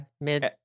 mid